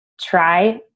try